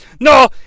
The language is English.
No